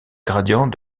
gradient